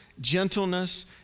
gentleness